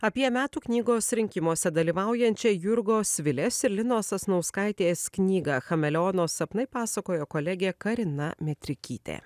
apie metų knygos rinkimuose dalyvaujančią jurgos vilės ir linos sasnauskaitės knygą chameleono sapnai pasakojo kolegė karina metrikytė